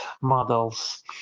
models